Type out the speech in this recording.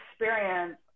experience